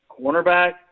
cornerback